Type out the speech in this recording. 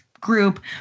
group